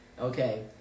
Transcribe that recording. Okay